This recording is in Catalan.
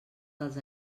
dels